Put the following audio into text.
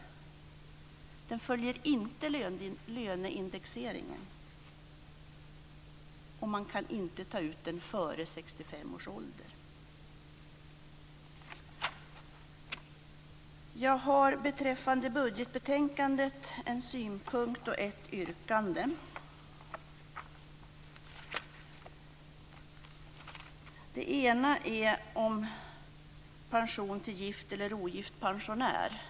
Garantipensionen följer inte löneindexeringen, och man kan inte ta ut den före Jag har beträffande budgetbetänkandet en synpunkt och ett yrkande. Det ena gäller pension till gift eller ogift pensionär.